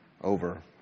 over